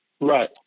right